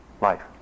life